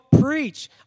Preach